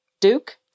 Duke